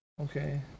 Okay